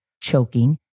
choking